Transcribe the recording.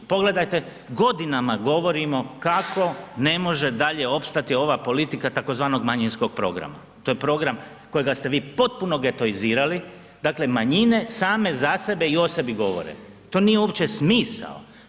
Pogledajte, godinama govorimo kako ne može dalje opstati ova politika tzv. manjinskog programa, to je program kojega ste vi potpuno getoizirali, dakle manjine same za sebe i o sebi govore, to nije uopće smisao.